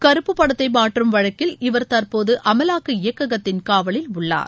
கருப்பு பணத்தை மாற்றும் வழக்கில் இவர் தற்போது அமலாக்க இயக்ககத்தின் காவலில் உள்ளார்